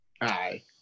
Aye